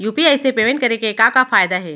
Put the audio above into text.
UPI से payment करे के का का फायदा हे?